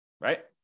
right